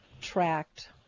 tracked